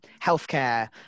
healthcare